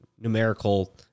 numerical